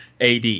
AD